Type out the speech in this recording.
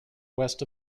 west